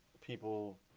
people